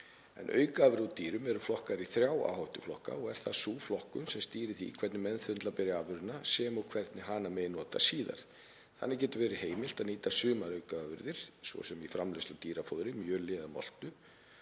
Aukaafurðir úr dýrum eru flokkaðar í þrjá áhættuflokka og er það sú flokkun sem stýrir því hvernig meðhöndla beri afurðina sem og hvernig hana megi nota síðar. Þannig getur verið heimilt að nýta sumar aukaafurðir, svo sem í framleiðslu á dýrafóðri, mjöli eða moltu.